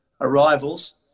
arrivals